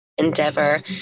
endeavor